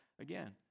Again